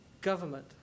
government